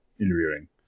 interviewing